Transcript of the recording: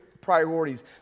priorities